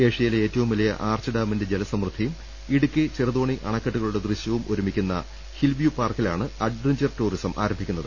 ഏഷ്യയിലെ ഏറ്റവും വലിയ ആർച്ച് ഡാമിന്റെ ജലസമൃദ്ധിയും ഇടുക്കി ചെറുതോണി അണക്കെട്ടുകളുടെ ദൃശ്യവും ഒരുമിക്കുന്ന ഹിൽവ്യൂ പാർക്കിലാണ് അഡ്രൈഞ്ചർ ടൂറിസം ആരംഭിക്കുന്നത്